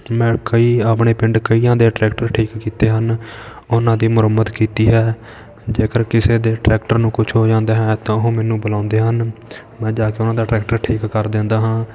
ਮੈਂ ਕਈ ਆਪਣੇ ਪਿੰਡ ਕਈਆਂ ਦੇ ਟਰੈਕਟਰ ਠੀਕ ਕੀਤੇ ਹਨ ਉਹਨਾਂ ਦੀ ਮੁਰੰਮਤ ਕੀਤੀ ਹੈ ਜੇਕਰ ਕਿਸੇ ਦੇ ਟਰੈਕਟਰ ਨੂੰ ਕੁਝ ਹੋ ਜਾਂਦਾ ਹੈ ਤਾਂ ਉਹ ਮੈਨੂੰ ਬੁਲਾਉਂਦੇ ਹਨ ਮੈਂ ਜਾ ਕੇ ਉਹਨਾਂ ਦਾ ਟਰੈਕਟਰ ਠੀਕ ਕਰ ਦਿੰਦਾ ਹਾਂ